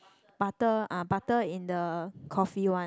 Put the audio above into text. butter ah butter in the coffee one